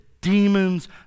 demons